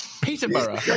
Peterborough